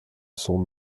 son